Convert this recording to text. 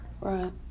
right